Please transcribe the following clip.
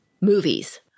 movies